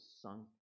sunk